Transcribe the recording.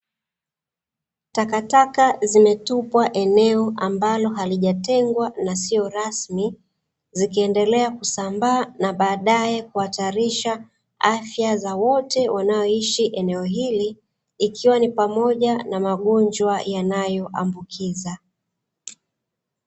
Takataka zimetupwa eneo ambalo halijatengwa na sio rasmi, zikiendelea kusambaza na baadaye kuhatarisha afya za wote wanaoishi eneo hili, ikiwa ni pamoja na magonjwa yanayoambukiza.